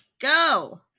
Go